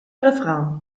refrain